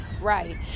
Right